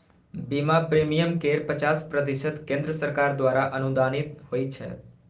बीमा प्रीमियम केर पचास प्रतिशत केंद्र सरकार द्वारा अनुदानित होइ छै